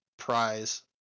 Prize